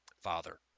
Father